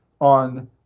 on